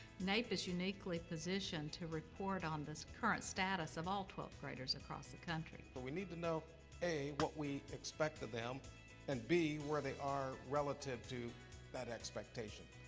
naep is uniquely positioned to report on this current status of all twelfth graders across the country. but we need to know a, what we expect of them and b, where they are relative to that expectation.